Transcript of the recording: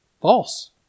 False